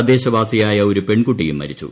തദ്ദേശവാസിയായ ഒരു പ്പെൺകുട്ടിയും മരിച്ചു